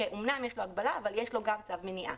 שאומנם יש לו הגבלה אבל יש לו גם צו מניעה.